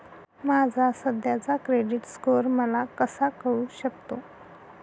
माझा सध्याचा credit score मला कसा कळू शकतो?